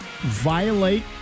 violate